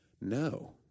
no